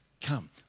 come